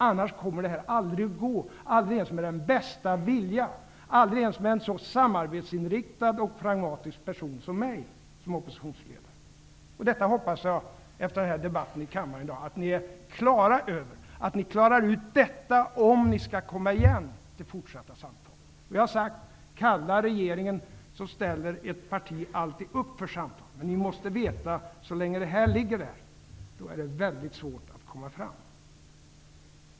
Annars kommer det aldrig att gå, aldrig ens med den bästa vilja, inte ens med en så samarbetsinriktad och pragmatisk person som mig som oppositionsledare. Detta hoppas jag att ni efter debatten här i dag har klart för er, att ni klarar ut detta om ni skall komma igen till fortsatta samtal. Jag har sagt: Kallar regeringen, ställer alltid ett parti upp för samtal. Men ni måste veta att så länge det här ligger mellan oss, är det väldigt svårt att komma fram.